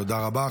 תודה רבה.